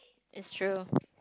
it's true